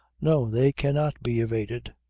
no! they cannot be evaded.